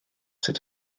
sut